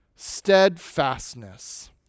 steadfastness